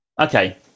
Okay